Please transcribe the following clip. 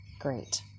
great